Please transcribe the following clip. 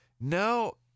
no